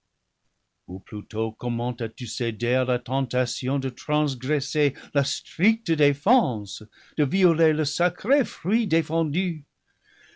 ou plutôt comment as-tu cédé à la tentation de transgresser la stricte défense de violer le sacré fruit